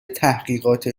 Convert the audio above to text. تحقیقات